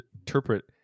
interpret